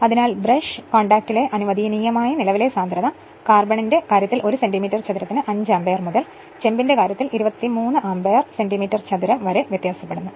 അതിനാൽ ബ്രഷ് കോൺടാക്റ്റിലെ അനുവദനീയമായ നിലവിലെ സാന്ദ്രത കാർബണിന്റെ കാര്യത്തിൽ ഒരു സെന്റീമീറ്റർ ചതുരത്തിന് 5 ആമ്പിയർ മുതൽ ചെമ്പിന്റെ കാര്യത്തിൽ 23 ആംപിയർ സെന്റീമീറ്റർ ചതുരം വരെ വ്യത്യാസപ്പെടുന്നു